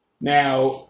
Now